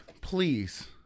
please